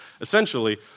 Essentially